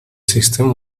system